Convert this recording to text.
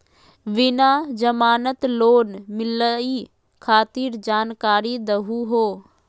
बिना जमानत लोन मिलई खातिर जानकारी दहु हो?